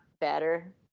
better